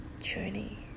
journey